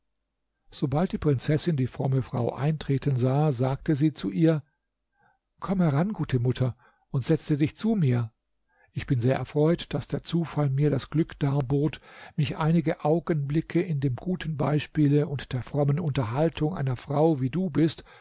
sobald die prinzessin die fromme frau eintreten sah sagte sie zu ihr komm heran gute mutter und setze dich zu mir ich bin sehr erfreut daß der zufall mir das glück darbot mich einige augenblicke an dem guten beispiele und der frommen unterhaltung einer frau wie du bist